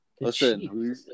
Listen